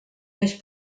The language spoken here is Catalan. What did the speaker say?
més